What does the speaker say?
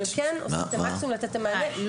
כן עושים את המקסימום לתת מענה.